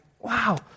wow